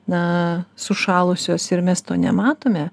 na sušalusios ir mes to nematome